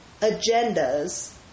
agendas